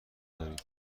داریم